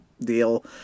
deal